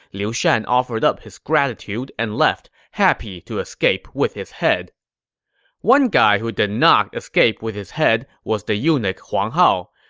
liu shan offered up his gratitude and left, happy to escape with his head one guy who did not escape with his head was the eunuch huang hao.